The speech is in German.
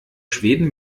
schweden